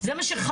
זה מה שחמור,